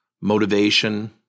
motivation